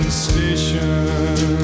station